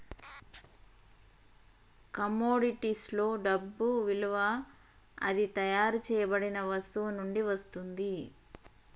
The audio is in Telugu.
కమోడిటీస్లో డబ్బు విలువ అది తయారు చేయబడిన వస్తువు నుండి వస్తుంది